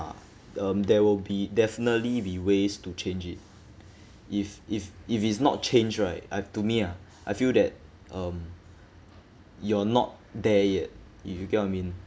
um there will be definitely be ways to change it if if if it's not changed right I've to me ah I feel that um you're not there yet if you get what I mean